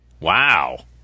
Wow